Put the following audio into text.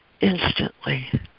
instantly